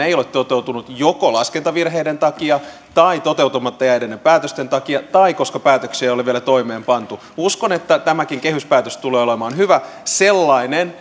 ei ole toteutunut joko laskentavirheiden takia tai toteutumatta jääneiden päätösten takia tai koska päätöksiä ei ole vielä toimeenpantu uskon että tämäkin kehyspäätös tulee olemaan hyvä sellainen